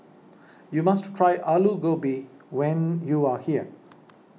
you must try Alu Gobi when you are here